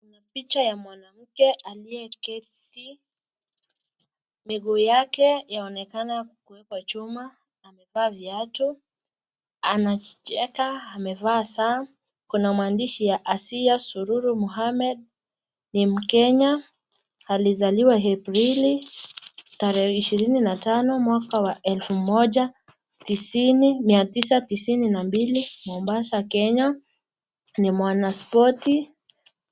Picha ya mwanamke aliyeketi, miguu yake yaonekana kuwekwa chuma, amevaa viatu, anacheka ,amevaa saa. Kuna maandishi ya Asia sururu Mohamed ni mkenya alizaliwa Aprili, tarehe ishirini na tano mwaka wa elfu moja tisini mia tisa tisini na mbili, Mombasa, Kenya, ni mwanaspoti.